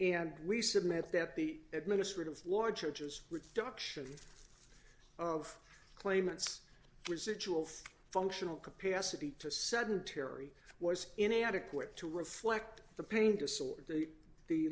and we submit that the administrative law judge is reduction of claimants residual functional capacity to sedentary was inadequate to reflect the pain to sort the